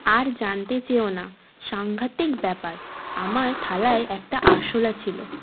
আর জানতে চয়ে না সাংঘাতিক ব্যাপার আমার থালায় একটা আরশোলা ছিলো